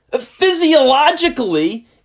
physiologically